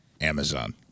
Amazon